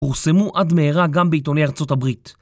פורסמו עד מהרה גם בעיתוני ארצות הברית